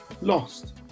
lost